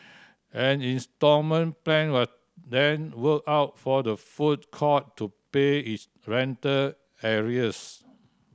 an instalment plan was then worked out for the food court to pay its rental arrears